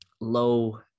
low